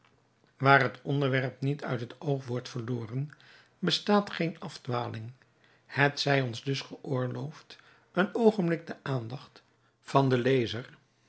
waar het onderwerp niet uit het oog wordt verloren bestaat geen afdwaling het zij ons dus geoorloofd een oogenblik de aandacht van den lezer